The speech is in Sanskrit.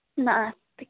नास्ति